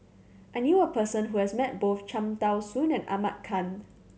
I knew a person who has met both Cham Tao Soon and Ahmad Khan